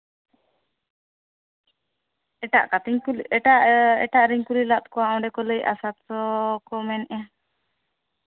ᱮᱴᱟᱜ ᱠᱟᱛᱷᱟᱧ ᱠᱩᱞᱤ ᱮᱴᱟᱜ ᱨᱮᱧ ᱠᱩᱞᱤ ᱞᱟᱫ ᱠᱚᱣᱟ ᱚᱸᱰᱮ ᱠᱚ ᱞᱟᱹᱭᱮᱜᱼᱟ ᱥᱟᱛ ᱥᱚ ᱠᱚ ᱢᱮᱱᱮᱜᱼᱟ